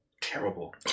terrible